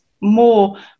more